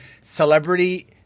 celebrity